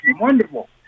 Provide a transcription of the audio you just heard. wonderful